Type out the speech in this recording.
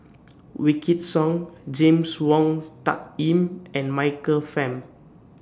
Wykidd Song James Wong Tuck Yim and Michael Fam